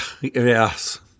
Yes